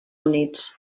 units